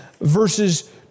verses